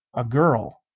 a girl!